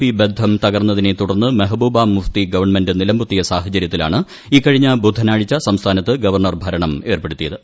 P ബന്ധം തകർന്നതിനെ തുടർന്ന് മെഹ്ബൂബ മുഫ്തി ഗവൺമെന്റ് നിലംപൊത്തിയ സാഹചര്യത്തിലാണ് ഇക്കഴിഞ്ഞ ബുധനാഴ്ച സംസ്ഥാനത്ത് ഗവർണർ ഭരണം ഏർപ്പെടുത്തിയത്